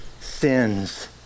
sins